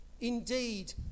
Indeed